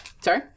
Sorry